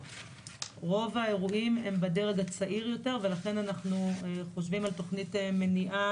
רוב האירועים הם בדרג הצעיר יותר ולכן אנחנו חושבים על תוכנית מניעה,